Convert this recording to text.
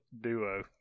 duo